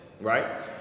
Right